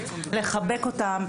לחבק אותם.